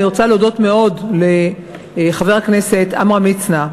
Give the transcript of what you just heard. אני רוצה להודות מאוד לחבר הכנסת עמרם מצנע,